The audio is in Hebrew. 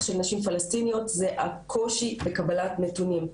של נשים פלשתינאיות זה הקושי בקבלת נתונים.